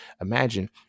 imagine